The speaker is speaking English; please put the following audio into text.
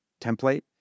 template